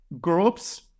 groups